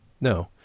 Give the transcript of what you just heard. No